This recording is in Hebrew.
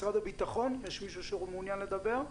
משרד הביטחון, יש מישהו שמעוניין לדבר?